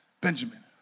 Benjamin